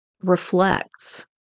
reflects